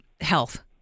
health